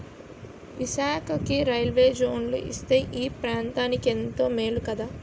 విశాఖకి railway zone ఇస్తే ఈ ప్రాంతనికెంతో మేలు కదా